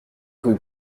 rue